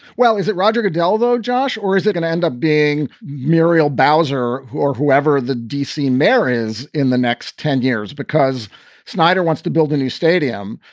well, is it roger goodell, though, josh, or is it gonna end up being muriel bowzer or whoever the d c. mayor is in the next ten years because snyder wants to build a new stadium?